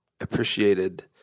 appreciated